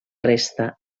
resta